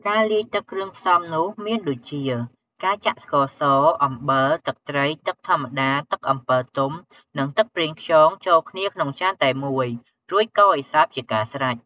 ការលាយទឹកគ្រឿងផ្សំនោះ មានដូចជា ការចាក់ស្ករស អំបិល ទឹកត្រី ទឹកធម្មតា ទឹកអំពិលទុំ និងទឹកប្រេងខ្យង ចូលគ្នាក្នុងចានតែមួយ រួចកូរឲ្យសព្វជាការស្រេច។